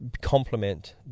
complement